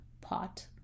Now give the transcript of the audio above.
pot